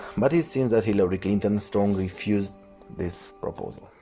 but it seems that hillary clinton strong refuses this proposal.